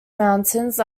mountains